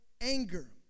anger